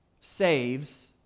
saves